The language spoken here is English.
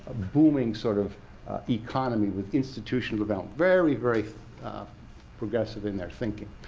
booming sort of economy with institutions about very, very progressive in their thinking.